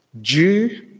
Jew